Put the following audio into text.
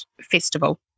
festival